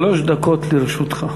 שלוש דקות לרשותך.